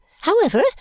However